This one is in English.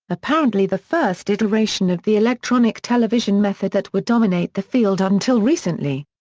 apparently the first iteration of the electronic television method that would dominate the field until recently.